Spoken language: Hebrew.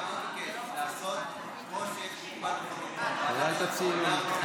לעשות כמו שיש קופה לחובות,